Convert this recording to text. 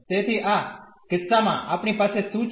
તેથી આ કિસ્સામાં આપણી પાસે શું છે